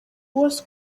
bose